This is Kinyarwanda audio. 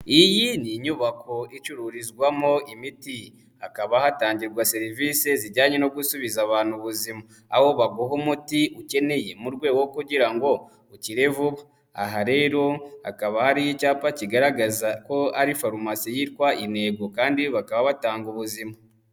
Iyi ni inyubako icururizwamo imiti, hakaba hatangirwa serivise zijyanye no gusubiza abantu ubuzima aho baguha umuti ukeneye mu rwego rwo kugira ngo ukire vuba. Aha rero hakaba hari icyapa kigaragaza ko ari farumasi yitwa Intego kandi bakaba batanga ubuzima.